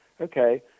okay